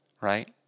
right